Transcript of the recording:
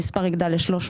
המספר יגדל ל-300.